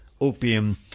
opium